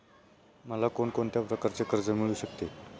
मला कोण कोणत्या प्रकारचे कर्ज मिळू शकते?